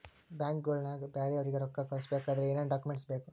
ಬ್ಯಾಂಕ್ನೊಳಗ ಬೇರೆಯವರಿಗೆ ರೊಕ್ಕ ಕಳಿಸಬೇಕಾದರೆ ಏನೇನ್ ಡಾಕುಮೆಂಟ್ಸ್ ಬೇಕು?